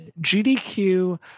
GDQ